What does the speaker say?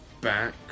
back